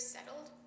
settled